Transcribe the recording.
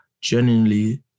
genuinely